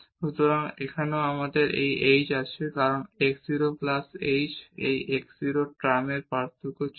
সুতরাং এখানেও আমাদের এই h আছে এবং কারণ এই x 0 প্লাস h এবং এই x 0 ট্রাম্পের পার্থক্য ছিল